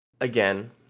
Again